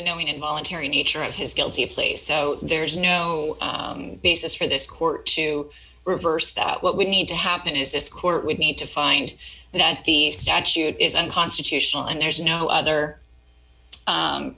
the knowing involuntary nature of his guilty plea so there is no basis for this court to reverse that what we need to happen is this court would need to find that the statute is unconstitutional and there's no other